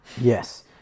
Yes